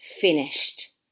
finished